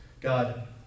God